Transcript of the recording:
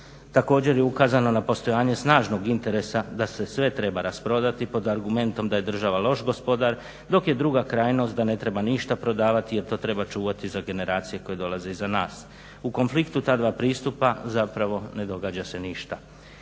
Također je ukazano na postojanje snažnog interesa da se sve treba rasprodati pod argumentom da je država loš gospodar, dok je druga krajnost da ne treba ništa prodavati jer to treba čuvati za generacije koje dolaze iza nas. U konfliktu ta dva pristupa zapravo ne događa se ništa.